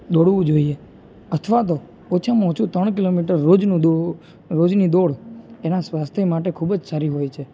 દોડવું જોઈયે અથવા તો ઓછામાં ઓછું ત્રણ કિલોમીટર રોજનું દોડવું રોજની દોડ એના સ્વાસ્થ્ય માટે ખૂબ સારી હોય છે